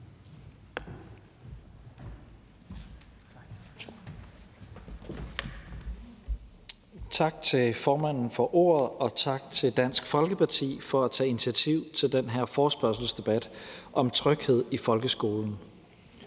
Tak til formanden for ordet, og tak til Dansk Folkeparti for at tage initiativ til den her forespørgselsdebat om tryghed i folkeskolen.